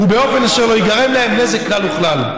באופן אשר לא יגרם להם נזק כלל וכלל.